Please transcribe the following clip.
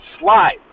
slide